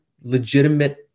legitimate